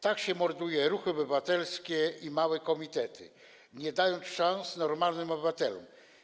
Tak się morduje ruchy obywatelskie i małe komitety, nie dając szans normalnym obywatelom.